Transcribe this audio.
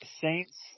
Saints